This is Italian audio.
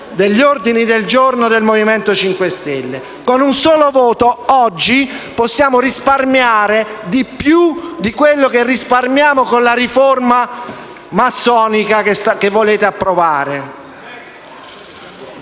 degli ordini del giorno del Movimento 5 Stelle. Con un solo voto oggi possiamo risparmiare di più di quello che risparmiamo con la riforma massonica che volete approvare.